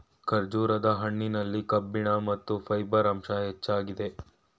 ಖರ್ಜೂರದ ಹಣ್ಣಿನಲ್ಲಿ ಕಬ್ಬಿಣ ಮತ್ತು ಫೈಬರ್ ಅಂಶ ಹೆಚ್ಚಾಗಿದೆ